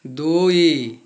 ଦୁଇ